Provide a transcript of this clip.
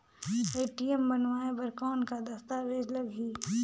ATM बनवाय बर कौन का दस्तावेज लगही?